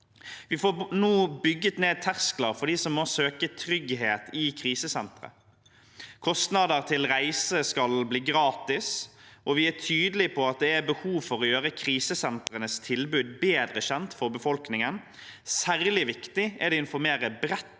Vi får nå bygget ned terskler for dem som må søke trygghet i krisesentre. Kostnader til reise skal bli gratis, og vi er tydelige på at det er behov for å gjøre krisesentrenes tilbud bedre kjent for befolkningen. Særlig viktig er det å informere bredt